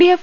DF